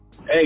Hey